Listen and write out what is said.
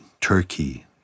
Turkey